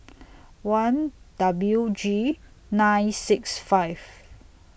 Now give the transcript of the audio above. one W G nine six five